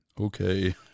Okay